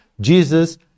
Jesus